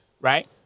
right